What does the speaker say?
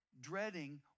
dreading